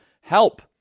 help